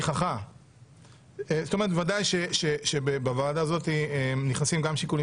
בוודאי שבוועדה הזאת נכנסים גם שיקולים